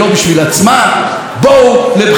בואו לבחירות, נראה אתכם.